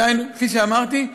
דהיינו, כפי שאמרתי,